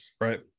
Right